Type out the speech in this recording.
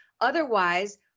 Otherwise